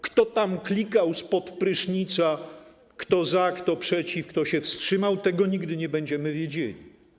Kto tam klikał spod prysznica, kto za, kto przeciw, kto się wstrzymał, tego nigdy nie będziemy wiedzieli.